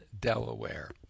Delaware